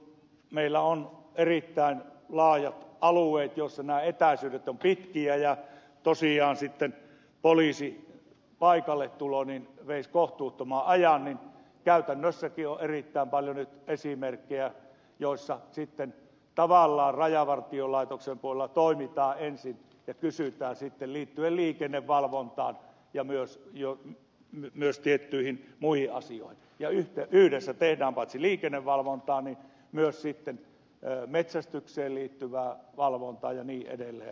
kun meillä on erittäin laajat alueet missä nämä etäisyydet ovat pitkiä ja tosiaan sitten poliisin paikalletulo veisi kohtuuttoman ajan niin käytännössäkin on erittäin paljon nyt esimerkkejä siitä että tavallaan rajavartiolaitoksen puolella toimitaan ensin ja kysytään sitten liittyen liikennevalvontaan ja myös tiettyihin muihin asioihin ja yhdessä tehdään paitsi liikennevalvontaa myös sitten metsästykseen liittyvää valvontaa ja niin edelleen